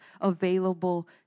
available